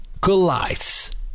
Collides